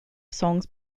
songs